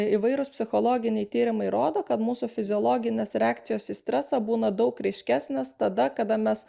įvairūs psichologiniai tyrimai rodo kad mūsų fiziologinės reakcijos į stresą būna daug ryškesnės tada kada mes